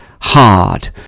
hard